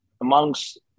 Amongst